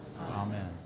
Amen